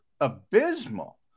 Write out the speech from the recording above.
abysmal